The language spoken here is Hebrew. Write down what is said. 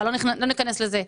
אבל לא ניכנס לזה.